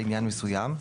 לעניין מסוים,